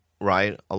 right